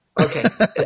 Okay